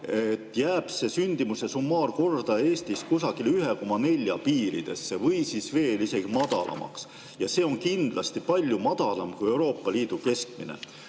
jääb see sündimuse summaarkordaja Eestis kusagile 1,4 piiridesse või isegi veel madalamaks. See on kindlasti palju madalam kui Euroopa Liidu keskmine.